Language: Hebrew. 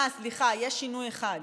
אה, סליחה, יש שינוי אחד: